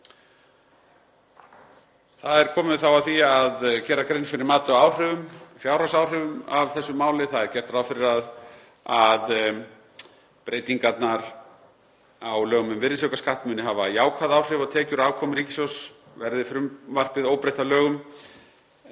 Þá er komið að því að gera grein fyrir mati á fjárhagsáhrifum af þessu máli. Það er gert ráð fyrir að breytingarnar á lögum um virðisaukaskatt muni hafa jákvæð áhrif á tekjur og afkomu ríkissjóðs verði frumvarpið óbreytt að lögum.